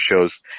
shows